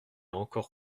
encore